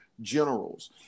generals